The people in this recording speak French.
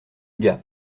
gars